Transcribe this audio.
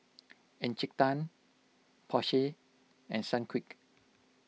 Encik Tan Porsche and Sunquick